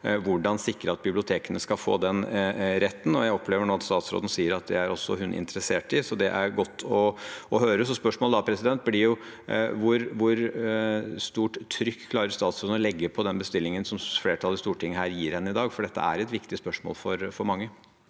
sikre at bibliotekene skal få den retten. Jeg opplever at statsråden nå sier at det er også hun interessert i, og det er godt å høre. Spørsmålet blir da hvor stort trykk statsråden klarer å legge på den bestillingen som flertallet i Stortinget gir henne i dag, for dette er et viktig spørsmål for mange.